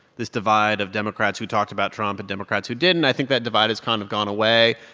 this divide of democrats who talked about trump and democrats who didn't. i think that divide has kind of gone away.